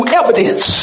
evidence